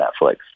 Netflix